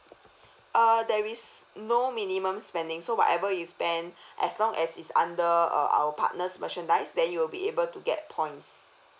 ah there's no minimum spending so whatever you spend as long as is under uh our partners merchandise then you'll be able to get points